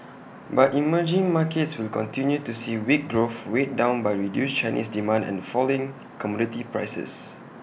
but emerging markets will continue to see weak growth weighed down by reduced Chinese demand and falling commodity prices